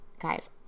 Guys